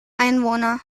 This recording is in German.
einwohner